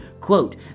Quote